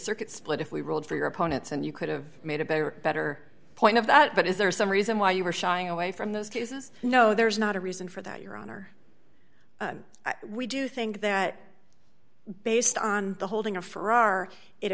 circuit split if we rolled for your opponents and you could've made a better or better point of that but is there some reason why you were shying away from those cases no there's not a reason for that your honor we do think that based on the holding of for our it